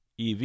EV